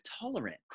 Tolerant